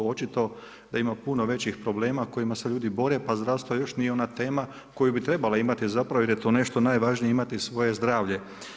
Očito da ima puno većih problema kojima se ljudi bore, pa zdravstvo još nije ona tema koju bi trebala imati zapravo jer je to nešto najvažnije imati svoje zdravlje.